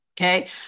Okay